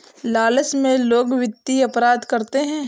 लालच में लोग वित्तीय अपराध करते हैं